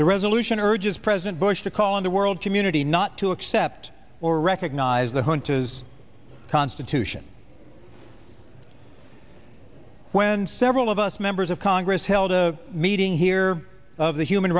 the resolution urges president bush to call on the world community not to accept or recognise the junta's constitution when several of us members of congress held a meeting here of the human